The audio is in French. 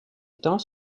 temps